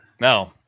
No